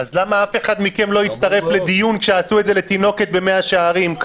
אז למה אף אחד מכם לא הצטרף לדיון כשעשו את זה לתינוקת במאה שערים,